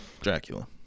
Dracula